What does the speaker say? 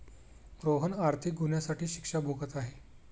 रोहन आर्थिक गुन्ह्यासाठी शिक्षा भोगत आहे